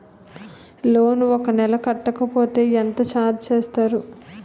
Loan ఒక నెల కట్టకపోతే ఎంత ఛార్జ్ చేస్తారు?